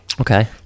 Okay